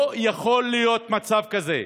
לא יכול להיות מצב כזה.